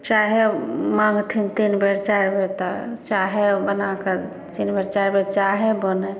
चाहे मांगथिन तीन बेर चारि बेर तऽ चाहे बना कऽ तीन बेर चारि बेर चाहे बनै